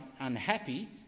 unhappy